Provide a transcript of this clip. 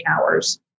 hours